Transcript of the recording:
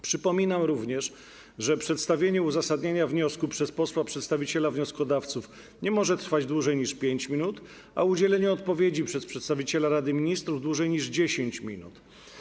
Przypominam również, że przedstawienie uzasadnienia wniosku przez posła przedstawiciela wnioskodawców nie może trwać dłużej niż 5 minut, a udzielenie odpowiedzi przez przedstawiciela Rady Ministrów - dłużej niż 10 minut.